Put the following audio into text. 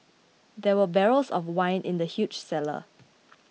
there were barrels of wine in the huge cellar